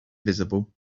visible